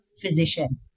physician